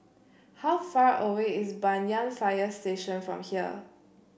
how far away is Banyan Fire Station from here